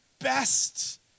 best